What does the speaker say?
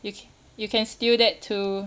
you c~ you can steal that too